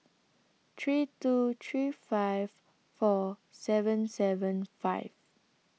three two three five four seven seven five